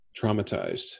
traumatized